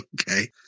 Okay